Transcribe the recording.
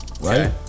Right